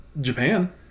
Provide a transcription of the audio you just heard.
japan